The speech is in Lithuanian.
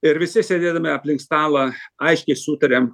ir visi sėdėdami aplink stalą aiškiai sutariam